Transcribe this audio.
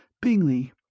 Bingley